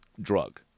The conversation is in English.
drug